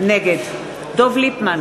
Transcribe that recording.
נגד דב ליפמן,